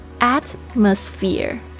Atmosphere